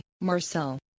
Marcel